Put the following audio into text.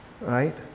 right